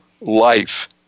life